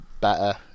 better